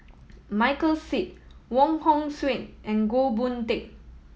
Michael Seet Wong Hong Suen and Goh Boon Teck